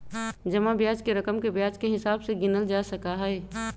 जमा ब्याज के रकम के ब्याज के हिसाब से गिनल जा सका हई